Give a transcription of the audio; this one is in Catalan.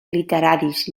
literaris